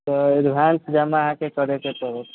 तऽ एडवांस जमा अहाँके करयके पड़त